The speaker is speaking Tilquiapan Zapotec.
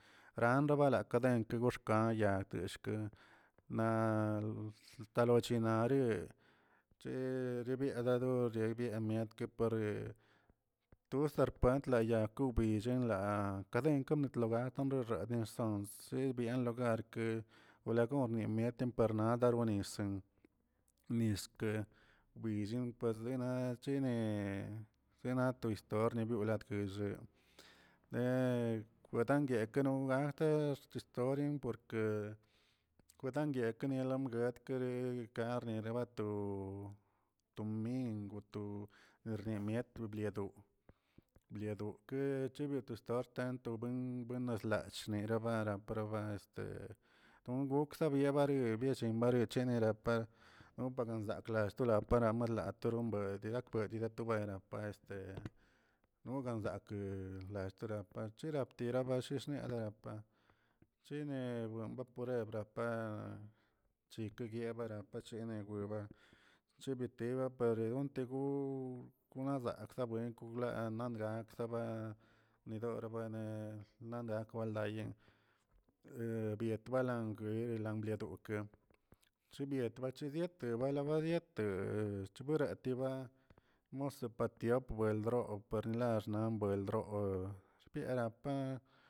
Ranralaba kaden goxkan yatkə naꞌ talochinaree che chebia didor biemet kepare to sarpantlaya wbillen la kaden kemotlagan tomanxaguen sons chebyen logar wilagom mimiet per nadora lo nis niskə bellin pasə naꞌ chene china to stor latguillee le gudanguekə gugagdex storin porke kwidan guekə gat kere karnerabato to mingw to erriemet tobledo biado kechebi toxta totabuen buenchlachni bara proba este don gokza yebarieb yembarie wicheb no par lallankzga para malatoro buen dii gakbue degatobue pa este nogan zakee la stora parchera tirabashishnapa chinen ba baporebra chiki guiebara pachini chiba tiwa pare gontego gona zakza wen dan nan gaksak ba nidora rbuene namban kwaldayeen biet balam bguelə biadokeꞌ chibiet bachi bielabatogue yatee chibaratiba nosa batiop bwel roo puerlalambrə ldroo pierapaa.